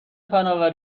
فناور